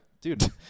dude